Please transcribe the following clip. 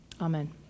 amen